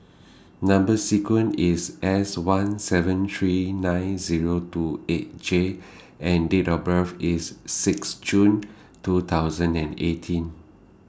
Number sequence IS S one seven three nine Zero two eight J and Date of birth IS six June two thousand and eighteen